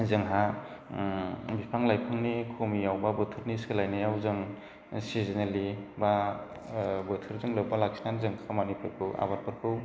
जोंहा बिफां लाइफांनि खमियावबा बोथोरनि सोलायनायाव जों सिजेनोलि बा बोथोरजों लोब्बा लाखिनानै जों खामानिफोरखौ आबादफोरखौ